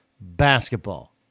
basketball